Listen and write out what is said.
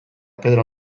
pedro